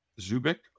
Zubik